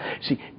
See